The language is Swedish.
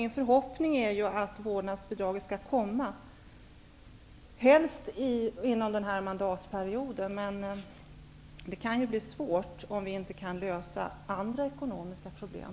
Min förhoppning är att vårdnadsbidraget skall införas helst inom denna mandatperiod. Men det kan bli svårt om vi inte kan lösa andra ekonomiska problem.